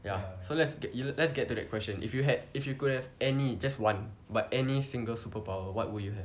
so let's get let's get to that question if you had if you could have any just one but any single superpower what would you have